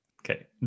Okay